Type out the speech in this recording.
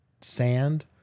sand